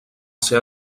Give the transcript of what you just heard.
ser